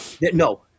No